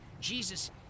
Jesus